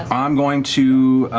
um i'm going to